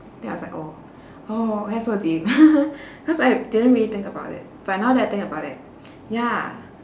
then I was like oh oh why so deep cause I didn't really think about it but now that I think about it ya